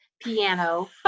piano